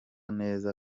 neza